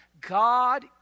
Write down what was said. God